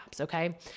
okay